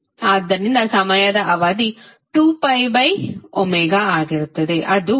ಆದ್ದರಿಂದ ಸಮಯದ ಅವಧಿ 2ಆಗಿರುತ್ತದೆ ಅದು 0